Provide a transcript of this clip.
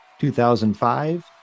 2005